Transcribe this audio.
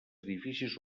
edificis